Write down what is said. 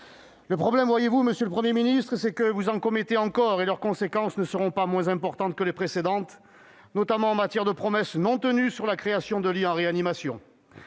erreurs ». Voyez-vous, monsieur le Premier ministre, le problème est que vous en commettez encore et que leurs conséquences ne seront pas moins importantes que celles des précédentes, notamment en matière de promesses non tenues sur la création de lits en réanimation.